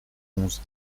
onze